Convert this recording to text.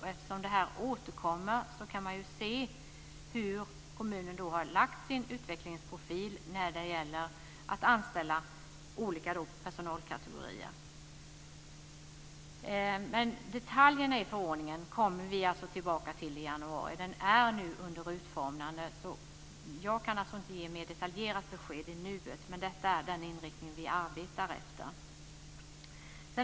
Eftersom det här återkommer kan man se hur kommunen har lagt sin utvecklingsprofil när det gäller att anställa olika personalkategorier. Detaljerna i förordningen återkommer vi till i januari. Den är nu under utformande, så jag kan i nuet inte ge mer detaljerade besked men detta är den inriktning som vi arbetar efter.